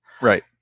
Right